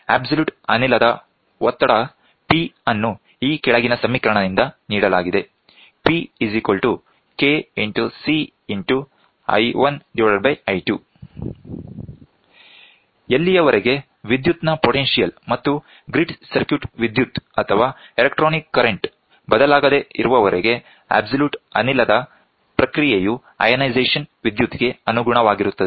absolute ಅನಿಲದ ಒತ್ತಡ P ಅನ್ನು ಈ ಕೆಳಗಿನ ಸಮೀಕರಣದಿಂದ ನೀಡಲಾಗಿದೆ ಎಲ್ಲಿಯವರೆಗೆ ವಿದ್ಯುತ್ನ ಪೊಟೆನ್ಶಿಯಲ್ ಮತ್ತು ಗ್ರಿಡ್ ಸರ್ಕ್ಯೂಟ್ ವಿದ್ಯುತ್ ಅಥವಾ ಎಲೆಕ್ಟ್ರಾನಿಕ್ ಕರೆಂಟ್ ಬದಲಾಗದೆ ಇರುವವರೆಗೆ ಅಬ್ಸಲ್ಯೂಟ್ ಅನಿಲದ ಪ್ರಕ್ರಿಯೆಯು ಅಯಾನೈಸೇಶನ್ ವಿದ್ಯುತ್ ಗೆ ಅನುಗುಣವಾಗಿರುತ್ತದೆ